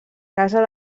casa